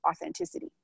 authenticity